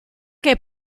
che